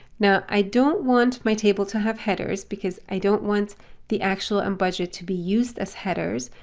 now, i don't want my table to have headers because i don't want the actual and budget to be used as headers.